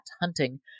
hunting